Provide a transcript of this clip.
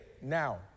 now